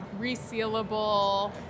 resealable